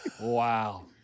Wow